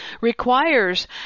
requires